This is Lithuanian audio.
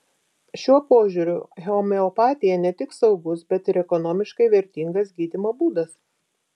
šiuo požiūriu homeopatija ne tik saugus bet ir ekonomiškai vertingas gydymo būdas